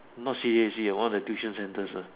not C_D_A_C one of the tuition centres uh